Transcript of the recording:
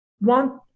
want